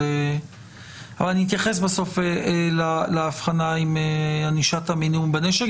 אבל אני אתייחס בסוף להבחנה עם ענישת המינימום בנשק,